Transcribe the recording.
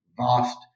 vast